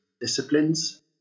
disciplines